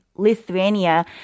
Lithuania